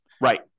Right